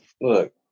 Look